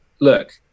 Look